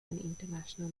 international